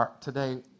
today